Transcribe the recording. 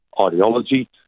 ideology